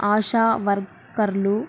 ఆషా వర్కర్లు